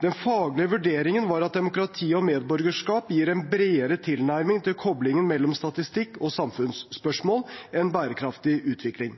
Den faglige vurderingen var at demokrati og medborgerskap gir en bredere tilnærming til koblingen mellom statistikk og samfunnsspørsmål enn bærekraftig utvikling.